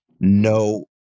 no